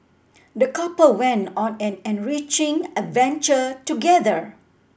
the couple went on an enriching adventure together